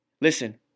Listen